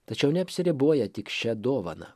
tačiau neapsiriboja tik šia dovana